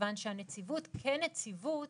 כיוון שהנציבות כנציבות,